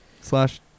Slash